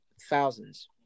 thousands